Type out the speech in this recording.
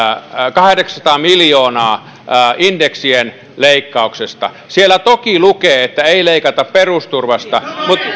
kahdeksansataa miljoonaa indeksien leikkauksesta siellä toki lukee että ei leikata perusturvasta